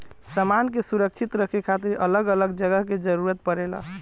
सामान के सुरक्षित रखे खातिर अलग अलग जगह के जरूरत पड़ेला